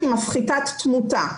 הכוונה שהיא מפחיתת תמותה.